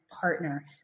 partner